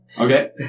Okay